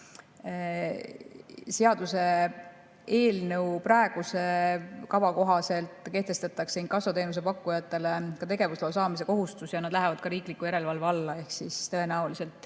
Seaduse eelnõu praeguse kava kohaselt kehtestatakse inkassoteenuse pakkujatele ka tegevusloa saamise kohustus ja nad lähevad riikliku järelevalve alla. Ehk tõenäoliselt